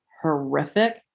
horrific